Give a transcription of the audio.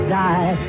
die